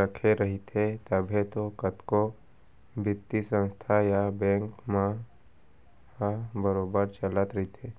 रखे रहिथे तभे तो कतको बित्तीय संस्था या बेंक मन ह बरोबर चलत रइथे